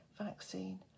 vaccine